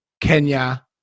Kenya